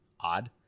odd